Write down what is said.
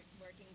working